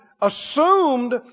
assumed